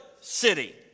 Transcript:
city